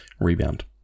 rebound